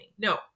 No